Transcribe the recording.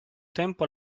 tempo